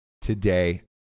today